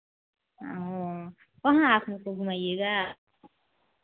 ओ कहाँ आप हमको घुमाइएगा